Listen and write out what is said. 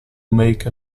make